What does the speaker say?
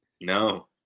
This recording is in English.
No